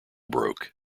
broke